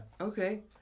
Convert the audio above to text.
Okay